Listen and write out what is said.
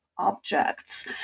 objects